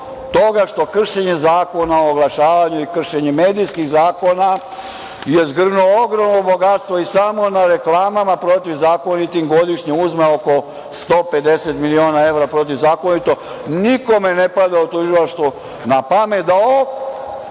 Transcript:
toga što je kršenjem zakona o oglašavanju i kršenje medijskih zakona zgrnuo ogromno bogatstvo i samo na protivzakonitim reklamama godišnje uzme oko 150 miliona evra protivzakonito. Nikome ne pada u tužilaštvu napamet da